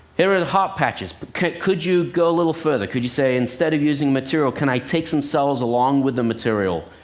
here are the heart patches. but could could you go a little further? could you, say, instead of using material, can i take some cells along with the material,